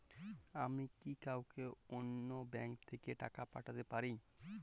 আমি কি কাউকে অন্য ব্যাংক থেকে টাকা পাঠাতে পারি?